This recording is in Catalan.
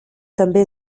també